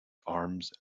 arms